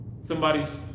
Somebody's